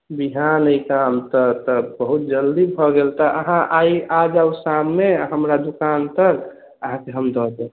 बिहान अछि काम तऽ तऽ बहुत जल्दी भए गेल तऽ अहाँ आइ आ जाउ शाममे आ हमरा दूकान पर अहाँकेँ हम दऽ देब